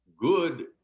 Good